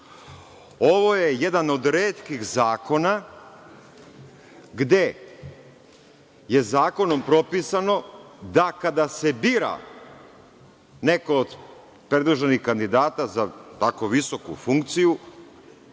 Ovo je jedan od retkih zakona gde je zakonom propisano da se, kada se bira neko od predloženih kandidata za tako visoku funkciju,